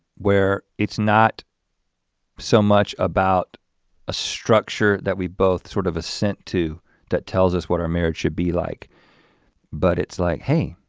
where it's not so much about a structure that we both sort of assent to that tells us what our marriage should be like but it's like hey,